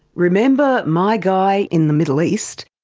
remember my guy in the middle east?